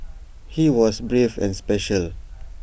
he was brave and special